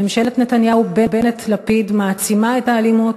ממשלת נתניהו-בנט-לפיד מעצימה את האלימות